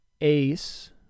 Ace